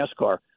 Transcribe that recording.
NASCAR